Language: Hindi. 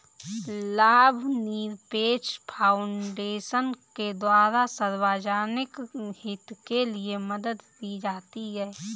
लाभनिरपेक्ष फाउन्डेशन के द्वारा सार्वजनिक हित के लिये मदद दी जाती है